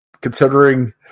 Considering